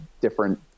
different